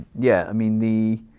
yeah, i mean the,